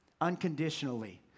unconditionally